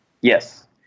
Yes